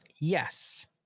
Yes